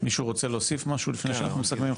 מישהו רוצה להוסיף משהו, לפני שאנחנו מסכמים?